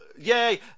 Yay